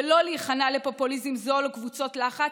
ולא להיכנע לפופוליזם זול וקבוצות לחץ,